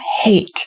hate